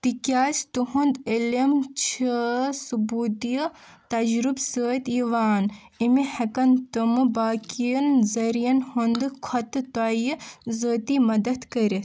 تِکیازِ تُہُنٛد عٔلِم چھِ سِبوٗتِیہِ تَجرُبہٕ سۭتۍ یِوان اَمہِ ہٮ۪کَن تِمہٕ باقِیَن ذریعن ہٕنٛدِ کھۅتہٕ توہہِ ذٲتی مدتھ كٔرِتھ